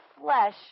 flesh